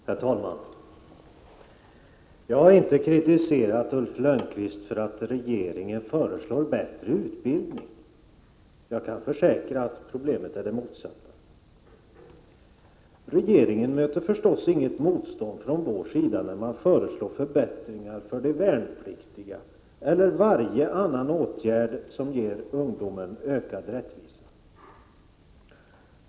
Herr talman! Jag har inte kritiserat Ulf Lönnqvist för att regeringen föreslår bättre utbildning. Jag kan försäkra att problemet är det motsatta. Regeringen möter förstås inget motstånd från vår sida när den föreslår förbättringar för de värnpliktiga eller varje annan åtgärd som ger ungdomen ökad rättvisa.